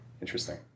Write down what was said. Interesting